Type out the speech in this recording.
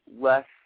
less